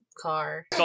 car